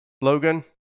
Logan